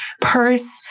purse